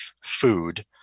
food